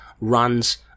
runs